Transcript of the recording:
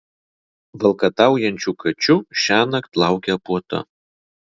valkataujančių kačių šiąnakt laukia puota